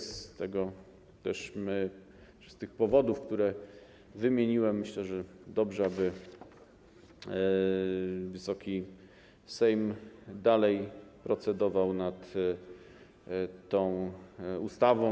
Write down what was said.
Z tych powodów, które wymieniłem, myślę, że dobrze, aby Wysoki Sejm dalej procedował nad tą ustawą.